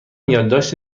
یادداشت